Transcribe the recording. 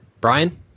brian